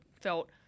felt